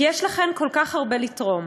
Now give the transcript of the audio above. כי יש לכן כל כך הרבה לתרום.